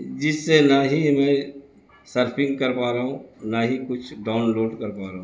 جس سے نہ ہی میں سرفنگ کر پا رہا ہوں نہ ہی کچھ ڈاؤن لوڈ کر پا رہا ہوں